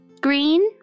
Green